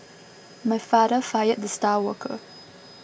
my father fired the star worker